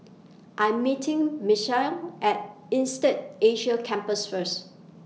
I'm meeting Misael At Insead Asia Campus First